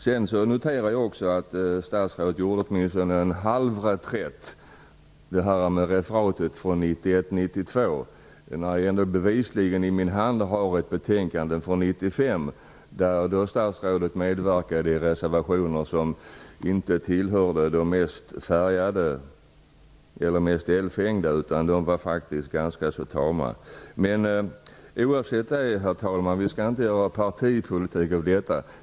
Jag noterade också att statsrådet gjorde åtminstone en halv reträtt när det gällde referatet från 1991-1992. Jag har bevisligen i min hand ett betänkande från 1995, där statsrådet medverkade i reservationer som inte tillhörde de mest eldfängda utan som var ganska tama. Oavsett detta, herr talman, skall vi inte göra partipolitik av detta.